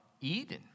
Eden